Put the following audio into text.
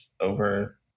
over